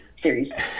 series